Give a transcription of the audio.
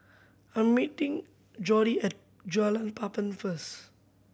I meeting Jordy at Jalan Papan first